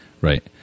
Right